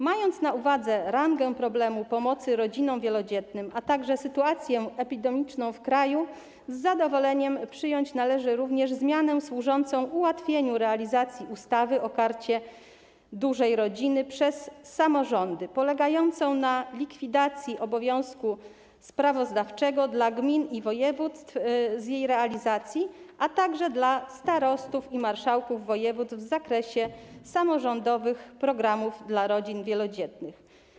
Mając na uwadze rangę problemu pomocy rodzinom wielodzietnym, a także sytuację epidemiczną w kraju, z zadowoleniem przyjąć należy również zmianę służącą ułatwieniu realizacji ustawy o Karcie Dużej Rodziny przez samorządy, polegającą na likwidacji obowiązku sprawozdawczego dla gmin i województw z jej realizacji, a także dla starostów i marszałków województw w zakresie samorządowych programów dla rodzin wielodzietnych.